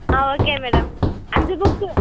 ஆ okay madam அஞ்சு book